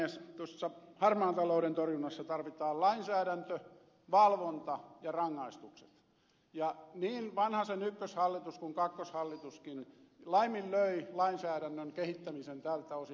tuossa harmaan talouden torjunnassa tarvitaan lainsäädäntö valvonta ja rangaistukset ja niin vanhasen ykköshallitus kuin kakkoshallituskin laiminlöi lainsäädännön kehittämisen tältä osin